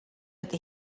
ydy